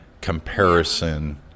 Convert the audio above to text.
comparison